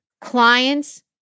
Clients